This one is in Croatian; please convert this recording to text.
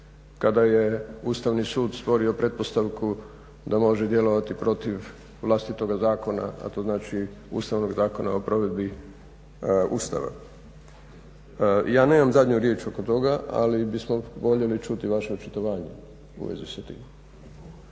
Kada je Ustavni sud stvorio pretpostavku da može djelovati protiv vlastitoga zakona, a to znači Ustavnog zakona o provedbi Ustava. Ja nemam zadnju riječ oko toga ali bismo voljeli čuti vaše očitovanje u vezi sa tim.